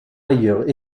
ailleurs